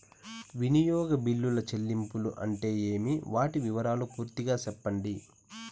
వినియోగ బిల్లుల చెల్లింపులు అంటే ఏమి? వాటి వివరాలు పూర్తిగా సెప్పండి?